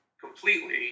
completely